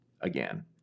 again